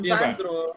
Sandro